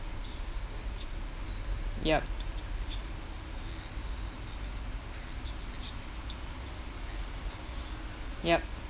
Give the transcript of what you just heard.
yup yup